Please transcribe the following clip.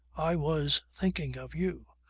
i was thinking of you.